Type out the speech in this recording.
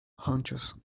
hunches